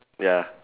ya